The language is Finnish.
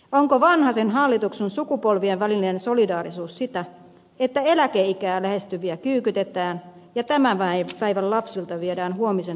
onko vanhasen hallituksen sukupolvien välinen solidaarisuus sitä että eläkeikää lähestyviä kyykytetään ja tämän päivän lapsilta viedään huomisen